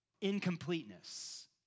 incompleteness